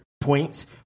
points